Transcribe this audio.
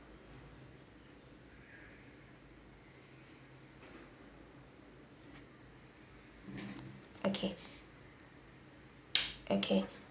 okay okay